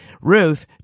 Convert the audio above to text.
Ruth